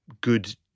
good